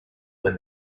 when